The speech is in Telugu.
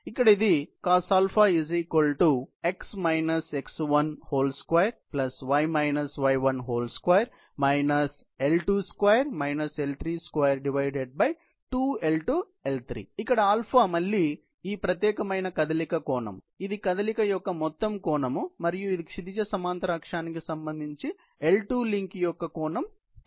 ఇది cos 22 L22 L322L2L3 ఇక్కడ α మళ్ళీ ఈ ప్రత్యేకమైన కదలిక కోణం ఇది కదలిక యొక్క మొత్తం కోణం మరియు ఇది క్షితిజాసమాంతర అక్షానికి సంబంధించి L2 లింక్ యొక్క కోణం